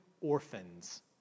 orphans